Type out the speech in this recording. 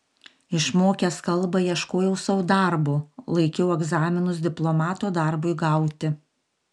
išmokęs kalbą ieškojau sau darbo laikiau egzaminus diplomato darbui gauti